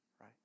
right